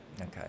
Okay